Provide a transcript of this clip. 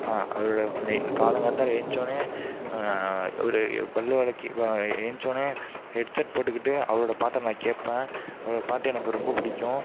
அவரோட காலங்கார்த்தால ஏந்ச்சோன்னே ஒரு பல் விளக்கி ஏந்ச்சோன்ன ஹெட்செட் போட்டுக்கிட்டு அவரோட பாட்டை நான் கேட்பேன் அவரோட பாட்டு எனக்கு ரொம்ப பிடிக்கும்